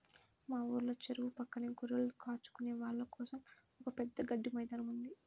మా ఊర్లో చెరువు పక్కనే గొర్రెలు కాచుకునే వాళ్ళ కోసం ఒక పెద్ద గడ్డి మైదానం ఉంది